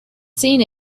seen